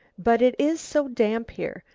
but it is so damp here,